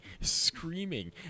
screaming